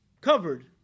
covered